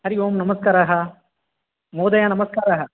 हरि ओं नमस्काराः महोदय नमस्कारः